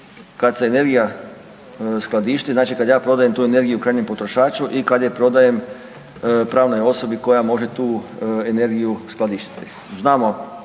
kad se energija skladišti, znači kad ja prodajem tu energiju krajnjem potrošaču i kad je prodajem pravnoj osobi koja može tu energiju skladištiti? Znamo